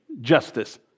justice